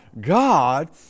God